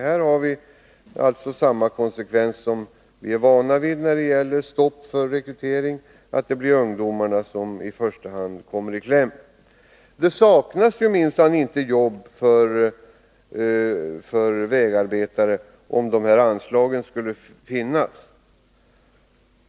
Det är alltså samma konsekvens som vi är vana vid när det gäller stopp för rekryteringar, dvs. att ungdomarna i första hand kommer i kläm. Det saknas minsann inte jobb för vägarbetare, om anslagen finns.